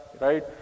right